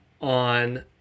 on